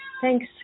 Thanks